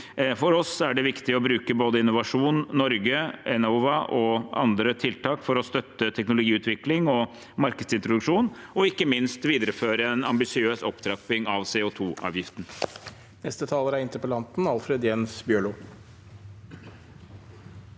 For oss er det viktig å bruke både Innovasjon Norge, Enova og andre tiltak for å støtte teknologiutvikling og markedsintroduksjon og ikke minst å videreføre en ambisiøs opptrapping av CO2-avgiften.